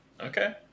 Okay